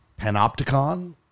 panopticon